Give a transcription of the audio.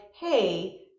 hey